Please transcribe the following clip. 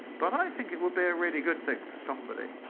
but i think it would be a really good thing for somebody.